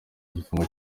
igifungo